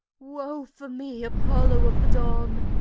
woe for me, apollo of the dawn!